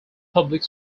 public